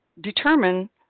determine